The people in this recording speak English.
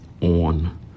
on